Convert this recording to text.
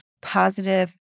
positive